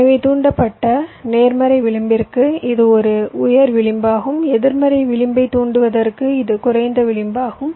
எனவே தூண்டப்பட்ட நேர்மறை விளிம்பிற்கு இது ஒரு உயர் விளிம்பாகும் எதிர்மறை விளிம்பைத் தூண்டுவதற்கு இது குறைந்த விளிம்பாகும்